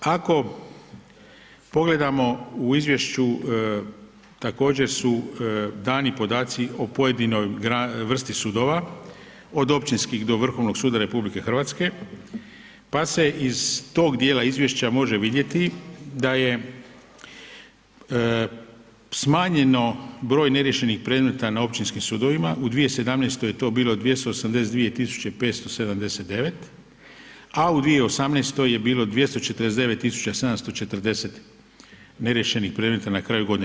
Ako pogledamo u izvješću također su dani podaci o pojedinoj vrsti sudova, od općinskih do Vrhovnog suda RH pa se iz tog djela izvješća može vidjeti da je smanjeni broj neriješenih predmeta na općinskim sudovima, u 2017. je to bilo 282 579, a u 2018. je bilo 249 740 neriješenih predmeta na kraju godine.